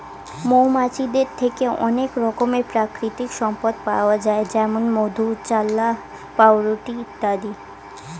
মৌমাছিদের থেকে অনেক রকমের প্রাকৃতিক সম্পদ পাওয়া যায় যেমন মধু, চাল্লাহ্ পাউরুটি ইত্যাদি